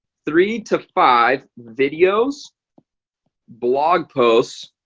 three to five videos blog posts